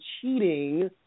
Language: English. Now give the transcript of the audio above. cheating